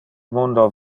mundo